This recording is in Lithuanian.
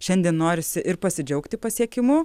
šiandien norisi ir pasidžiaugti pasiekimu